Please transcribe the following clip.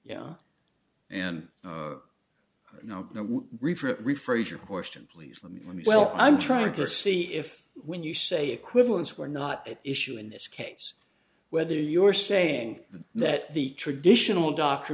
yeah and no no rephrase your question please let me let me well i'm trying to see if when you say equivalence were not at issue in this case whether your saying that the traditional doctor